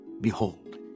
Behold